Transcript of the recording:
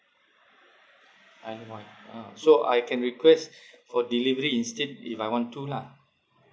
islandwide ah so I can request for delivery instead if I want to lah